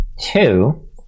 two